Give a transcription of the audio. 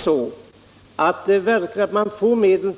Jag tror för min